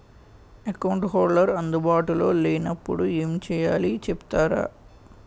Account holder అందు బాటులో లే నప్పుడు ఎం చేయాలి చెప్తారా?